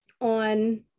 on